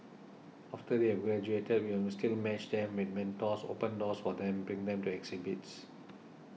after they have graduated we still match them with mentors open doors for them bring them to exhibits